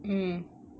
mm